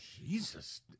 Jesus